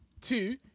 Two